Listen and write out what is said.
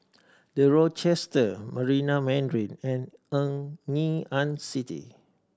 The Rochester Marina Mandarin and Ngee Ann City